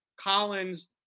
Collins